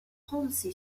policy